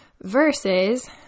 Versus